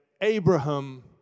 Abraham